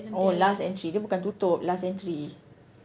oh last entry dia bukan tutup last entry